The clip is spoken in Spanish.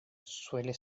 suele